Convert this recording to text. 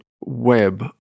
web